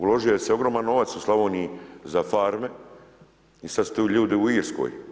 Uložio se ogroman novac u Slavoniji za farme i sada su ti ljudi u Irskoj.